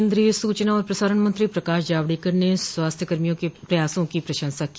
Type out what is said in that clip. केन्द्रीय सूचना और प्रसारण मंत्री प्रकाश जावड़ेकर ने स्वास्थ्य कर्मियों के प्रयासों की प्रशंसा की